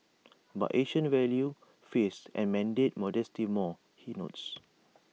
but Asians value face and mandate modesty more he notes